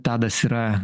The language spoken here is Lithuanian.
tadas yra